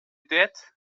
det